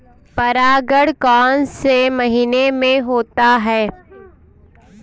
परागण कौन से महीने में होता है?